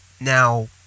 Now